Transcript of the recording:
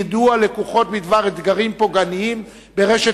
יידוע לקוחות בדבר אתרים פוגעניים ברשת